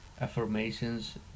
affirmations